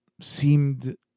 seemed